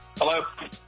Hello